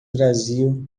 brasil